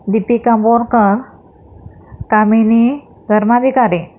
Deepika Borkar Kamini Dharmadhikari